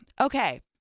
Okay